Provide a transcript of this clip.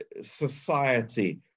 society